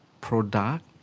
product